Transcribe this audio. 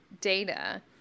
data